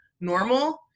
normal